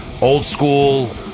old-school